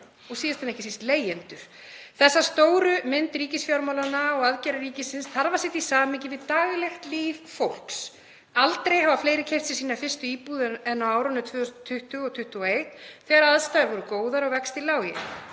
og síðast en ekki síst leigjendur. Þessa stóru mynd ríkisfjármálanna og aðgerðir ríkisins þarf að setja í samhengi við daglegt líf fólks. Aldrei hafa fleiri keypt sér sína fyrstu íbúð en á árinu 2020 og 2021 þegar aðstæður voru góðar og vextir lágir.